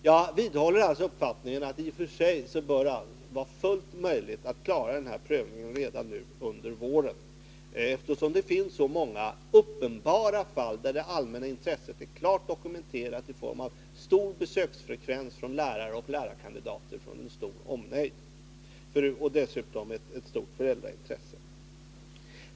Jag vidhåller alltså uppfattningen att det i och för sig bör vara fullt möjligt att klara prövningen redan nu under våren, eftersom det finns så många uppenbara fall där det allmänna intresset är klart dokumenterat i form av stor besöksfrekvens när det gäller lärare och lärarkandidater inom en stor omnejd. Dessutom finns det ju också ett stort föräldraintresse.